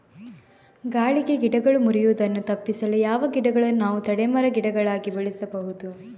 ಗಾಳಿಗೆ ಗಿಡಗಳು ಮುರಿಯುದನ್ನು ತಪಿಸಲು ಯಾವ ಗಿಡಗಳನ್ನು ನಾವು ತಡೆ ಮರ, ಗಿಡಗಳಾಗಿ ಬೆಳಸಬಹುದು?